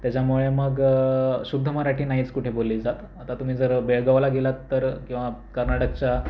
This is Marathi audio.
त्याच्यामुळे मग शुद्ध मराठी नाहीच कुठे बोलली जात आता तुम्ही जर बेळगावला गेलात तर किंवा कर्नाटकच्या